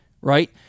right